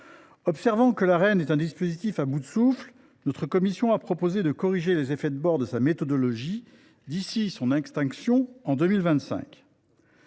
Observant que ce dispositif est à bout de souffle, notre commission a proposé de corriger les effets de bord de sa méthodologie d’ici à son extinction en 2025.